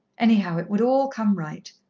anyhow, it would all come right.